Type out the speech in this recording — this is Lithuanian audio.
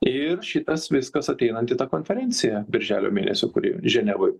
ir šitas viskas ateinant į tą konferenciją birželio mėnesio kuri ženevoj